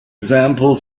example